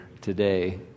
today